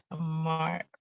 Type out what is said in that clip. Mark